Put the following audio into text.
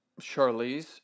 Charlize